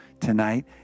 tonight